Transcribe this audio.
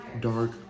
dark